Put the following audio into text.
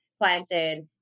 planted